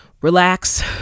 relax